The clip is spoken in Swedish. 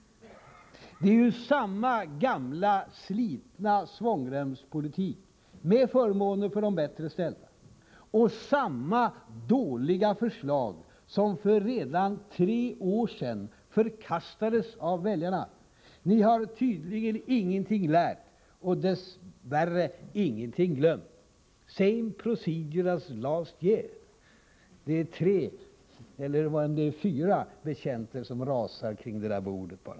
Det är samma gamla slitna svångremspolitik — med förmåner för de bättre ställda — och samma dåliga förslag som redan för tre år sedan förkastades av väljarna. Ni har tydligen ingenting lärt och dess värre ingenting glömt. Same procedure as last year — men det är tre eller fyra betjänter som rasar kring det här bordet.